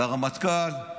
לרמטכ"ל,